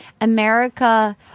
America